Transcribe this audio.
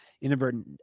inadvertent